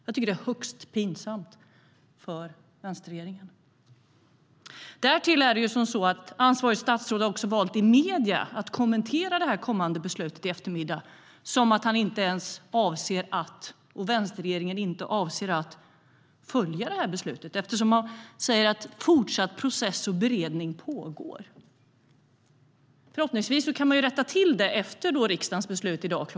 Jag tycker att det är högst pinsamt för vänsterregeringen. Därtill har ansvarigt statsråd valt att i medierna kommentera det kommande beslutet i eftermiddag som att han och vänsterregeringen inte avser att följa beslutet. Man säger att fortsatt process och beredning pågår. Förhoppningsvis kan man rätta till det efter riksdagens beslut i dag kl.